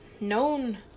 known